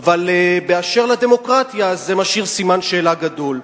אבל באשר לדמוקרטיה זה משאיר סימן שאלה גדול.